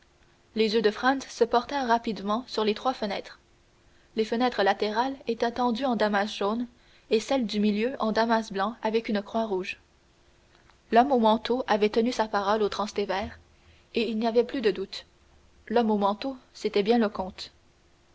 les yeux de franz se portèrent rapidement sur les trois fenêtres les fenêtres latérales étaient tendues en damas jaune et celle du milieu en damas blanc avec une croix rouge l'homme au manteau avait tenu sa parole au transtévère et il n'y avait plus de doute l'homme au manteau c'était bien le comte